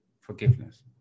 forgiveness